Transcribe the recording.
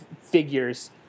figures